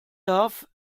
darf